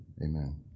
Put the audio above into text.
amen